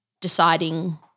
deciding